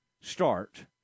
start